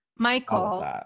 Michael